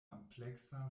amplekse